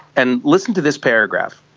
and listen to this paragraph.